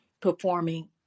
performing